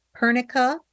Pernica